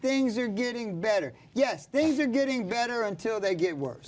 things are getting better yes things are getting better until they get worse